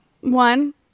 One